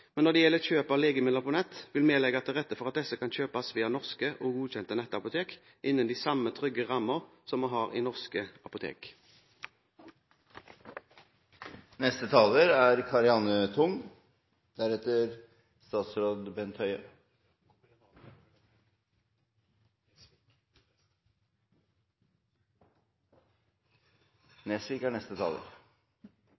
men når det gjelder kjøp av legemidler på nett, vil vi legge til rette for at disse kan kjøpes via norske og godkjente nettapotek innen de samme trygge rammer som vi har i norske apotek. I mange tilfeller kan riktig legemiddelbruk, enten det er